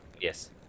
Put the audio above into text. Yes